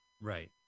Right